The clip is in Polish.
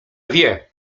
wie